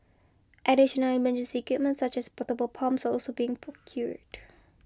additional emergency equipment such as portable pumps are also being procured